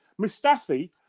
Mustafi